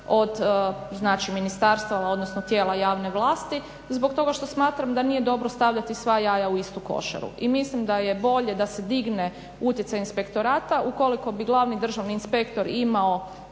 ministarstava, odnosno tijela javne vlasti zbog toga što smatram da nije dobro stavljati sva jaja u istu košaru. I mislim da je bolje da se digne utjecaj inspektorata ukoliko bi glavni državni inspektor imao